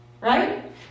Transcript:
Right